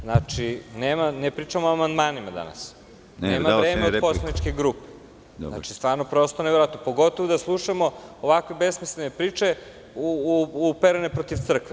Znači, ne pričamo o amandmanima danas, ne na vreme poslaničke grupe, znači, prosto neverovatno, pogotovo da slušamo ovakve besmislene priče uperene protiv crkve.